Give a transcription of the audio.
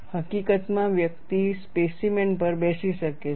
હકીકતમાં વ્યક્તિ સ્પેસીમેન પર બેસી શકે છે